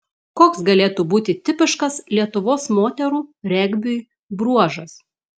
koks galėtų būti tipiškas lietuvos moterų regbiui bruožas